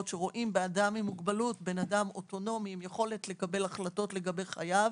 שרואים באדם עם מוגבלות אדם אוטונומי עם יכולת לקבל החלטה לגבי חייו